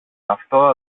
αυτό